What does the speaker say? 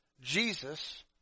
Jesus